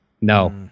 No